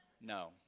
No